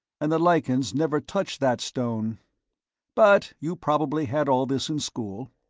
and the lichens never touch that stone but you probably had all this in school.